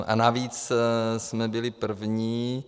A navíc jsme byli první.